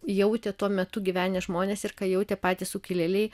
jautė tuo metu gyvenę žmonės ir ką jautė patys sukilėliai